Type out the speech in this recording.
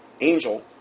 angel